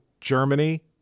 Germany